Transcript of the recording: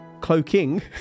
cloaking